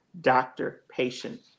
doctor-patient